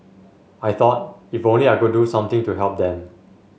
I thought if only I could do something to help them